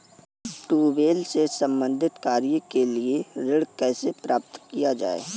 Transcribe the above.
Tubewell से संबंधित कार्य के लिए ऋण कैसे प्राप्त किया जाए?